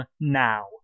now